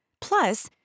Plus